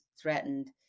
threatened